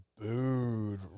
booed